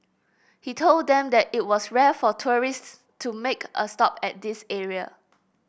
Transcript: he told them that it was rare for tourists to make a stop at this area